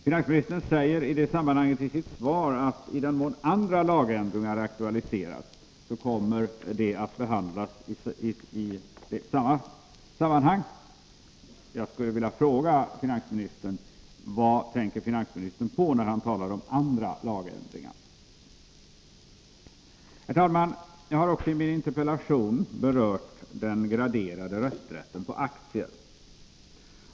Finansministern säger i det sammanhanget i sitt svar att i den mån andra lagändringar aktualiseras kommer de att behandlas samtidigt med utredningsbetänkandet. Jag skulle vilja fråga finansministern: Vad tänker finansministern på när han talar om ”andra lagändringar”? Herr talman! Jag har också i min interpellation berört den graderade rösträtten när det gäller aktier.